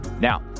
Now